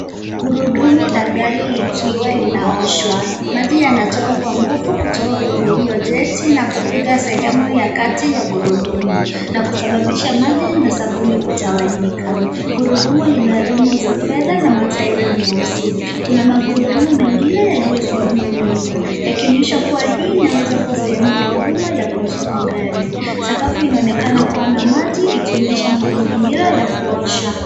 Gurudumu la gari likiwa linaoshwa. Maji yanatoka kwa nguvu kutoka kwenye hiyo jeti na kupiga sehemu ya kati ya gurudumu na kusababaisha maji na sabuni kutawanyika. Gurudumu lina rimu ya fedha na matairi meusi. Kuna magurudumu mengine yaliyosimama nyuma yakionyesha kuwa hii inaweza kuwa sehemu ya huduma ya kuosha magari. Sakafu inaonekana kuwa na maji ikionyesha mazingira ya kuosha.